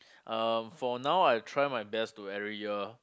um for now I try my best to every year